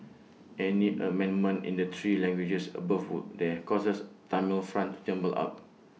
any amendment in the three languages above would have caused Tamil font jumble up